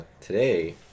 today